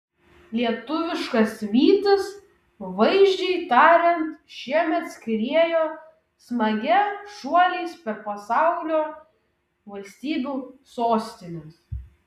lietuviškas vytis vaizdžiai tariant šiemet skriejo smagia šuoliais per pasaulio valstybių sostines